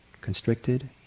constricted